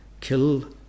kill